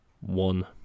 one